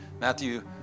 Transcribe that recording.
Matthew